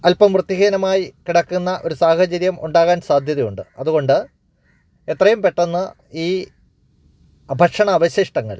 അല്പം വൃത്തിഹീനമായി കിടക്കുന്ന ഒരു സാഹചര്യം ഉണ്ടാകാൻ സാധ്യതയുണ്ട് അതുകൊണ്ട് എത്രയും പെട്ടെന്ന് ഈ ഭക്ഷണ അവശിഷ്ടങ്ങൾ